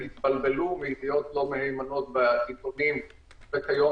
חנויות התבלבלו מידיעות לא מהימנות בעיתונים וכיום